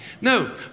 No